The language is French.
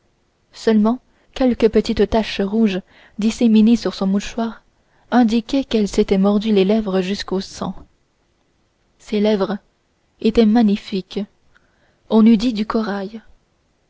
seulement quelques petites taches rouges disséminées sur son mouchoir indiquaient qu'elle s'était mordu les lèvres jusqu'au sang ses lèvres étaient magnifiques on eût dit du corail